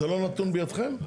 זה לא נתן בידכם?